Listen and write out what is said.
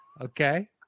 Okay